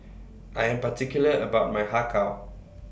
I Am particular about My Har Kow